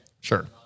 Sure